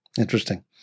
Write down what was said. interesting